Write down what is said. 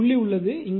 இங்கே புள்ளி உள்ளது